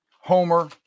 homer